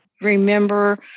remember